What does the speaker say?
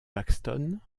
paxton